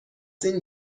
این